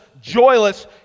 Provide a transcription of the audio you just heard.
joyless